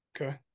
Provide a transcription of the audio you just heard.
okay